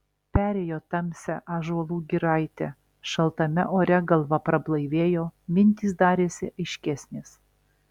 perėjo tamsią ąžuolų giraitę šaltame ore galva prablaivėjo mintys darėsi aiškesnės